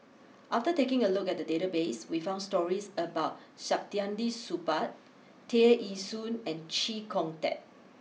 after taking a look at the database we found stories about Saktiandi Supaat Tear Ee Soon and Chee Kong Tet